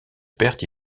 perte